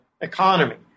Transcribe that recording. economy